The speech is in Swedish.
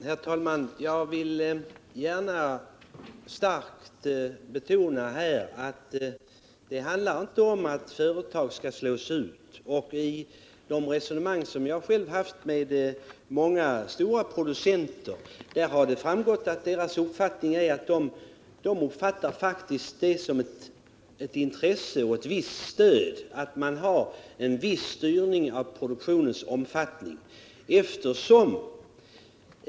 Herr talman! Jag vill gärna starkt betona att det inte handlar om att företag skall slås ut. I de resonemang som jag själv har fört med många stora producenter har det framgått att de uppfattar det som ett visst stöd att man har en viss styrning av produktionens omfattning.